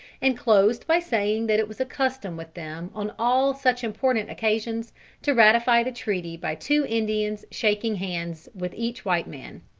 and closed by saying that it was a custom with them on all such important occasions to ratify the treaty by two indians shaking hands with each white man.